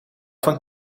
van